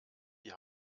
die